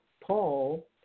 Paul